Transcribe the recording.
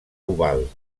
oval